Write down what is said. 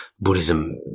Buddhism